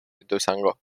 ituzaingó